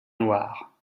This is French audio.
noirs